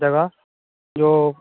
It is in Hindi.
जगह जो